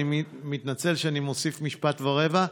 אני מתנצל שאני מוסיף משפט ורבע,